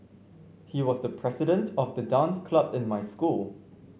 he was the president of the dance club in my school